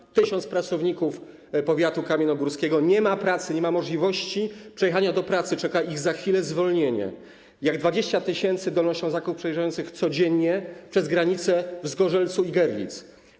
1 tys. pracowników powiatu kamiennogórskiego nie ma pracy, nie ma możliwości przejechania do pracy, czeka ich za chwilę zwolnienie, tak samo jak 20 tys. Dolnoślązaków przejeżdżających codziennie przez granicę w Zgorzelcu i Görlitz.